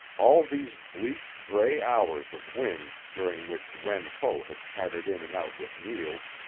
all these bleak, gray hours of wind during which wen ho had pattered in and out with meals,